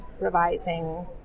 revising